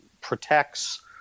protects